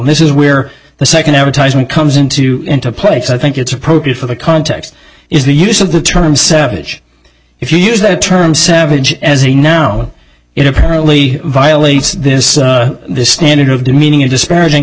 this is where the second advertisement comes into into place i think it's appropriate for the context is the use of the term savage if you use the term savage as a noun it apparently violates this standard of demeaning or disparaging